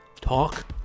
Talk